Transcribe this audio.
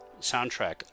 Soundtrack